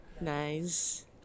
nice